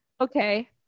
okay